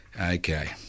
Okay